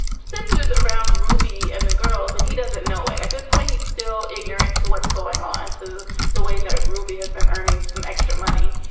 centers around ruby and the girls. and he doesn't know it at this point. he's still ignorant to what's going on to the ways that ruby has been earning some extra money.